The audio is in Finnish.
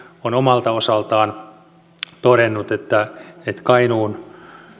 on omalta osaltaan todennut että kainuun